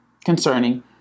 Concerning